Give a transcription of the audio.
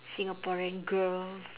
singaporean girls